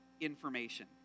information